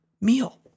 meal